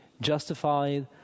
justified